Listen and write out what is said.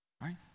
Right